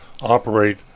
operate